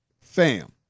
Fam